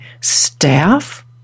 staff